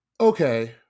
Okay